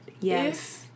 Yes